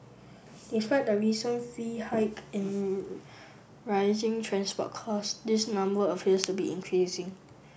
despite the recent fee hike and rising transport costs this number appears to be increasing